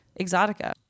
Exotica